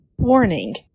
Warning